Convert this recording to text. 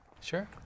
Sure